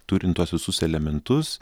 turint tuos visus elementus